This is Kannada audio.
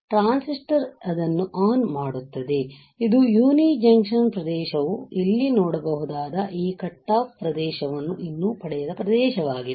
ಆದ್ದರಿಂದ ಟ್ರಾನ್ಸಿಸ್ಟರ್ ಇದನ್ನು ಆನ್ ಮಾಡುತ್ತದೆ ಇದು ಯುನಿ ಜಂಕ್ಷನ್ ಪ್ರದೇಶವು ನೀವು ಇಲ್ಲಿ ನೋಡಬಹುದಾದ ಈ ಕಟ್ ಆಫ್ ಪ್ರದೇಶವನ್ನು ಇನ್ನೂ ಪಡೆಯದ ಪ್ರದೇಶವಾಗಿದೆ